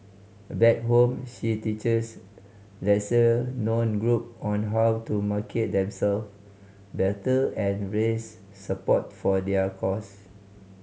back home she teaches lesser known group on how to market themselves better and raise support for their cause